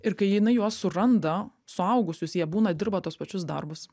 ir kai jinai juos suranda suaugusius jie būna dirba tuos pačius darbus